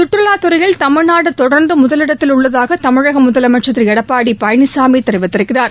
சுற்றுவாத்துறையில் தமிழ்நாடு தொடர்ந்து முதலிடத்தில் உள்ளதாக தமிழக முதலமைச்சர் திரு எடப்பாடி பழனிச்சாமி கூறியிருக்கிறார்